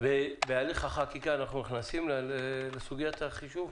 בהליך החקיקה אנחנו נכנסים לסוגיית החישוב,